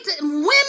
Women